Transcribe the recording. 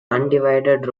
undivided